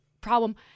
problem